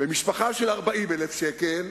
במשפחה של 40,000 שקל